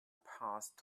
past